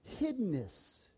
hiddenness